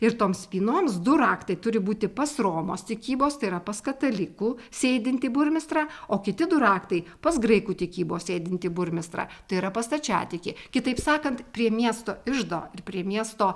ir toms spynoms du raktai turi būti pas romos tikybos tai yra pas katalikų sėdintį burmistrą o kiti du raktai pas graikų tikybos sėdintį burmistrą tai yra pas stačiatikį kitaip sakant prie miesto iždo ir prie miesto